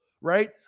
right